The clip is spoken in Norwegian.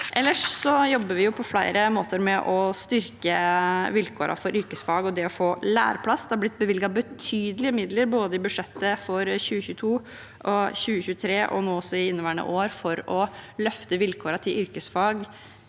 Ellers jobber vi på flere måter med å styrke vilkårene for yrkesfag og det å få læreplass. Det er blitt bevilget be tydelige midler i budsjettene for både 2022, 2023 og inneværende år for å løfte vilkårene til yrkesfag